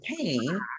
pain